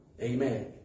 Amen